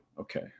okay